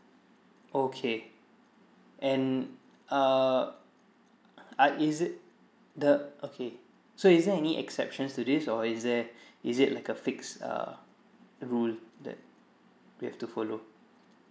okay and err ah is it the okay so is there any exceptions to this or is there is it like a fixed uh rule that we have to follow